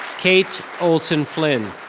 kate olson-flynn.